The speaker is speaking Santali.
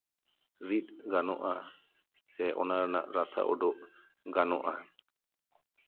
ᱨᱤᱫᱽ ᱜᱟᱱᱚᱜᱼᱟ ᱥᱮ ᱚᱱᱟ ᱨᱮᱱᱟᱜ ᱨᱟᱥᱟ ᱩᱰᱩᱠ ᱜᱟᱱᱚᱜᱼᱟ